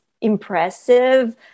impressive